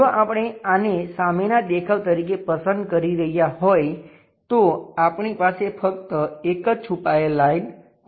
જો આપણે આને સામેના દેખાવ તરીકે પસંદ કરી રહ્યા હોય તો આપણી પાસે ફક્ત એક જ છુપાયેલી લાઈન છે